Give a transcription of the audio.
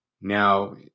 Now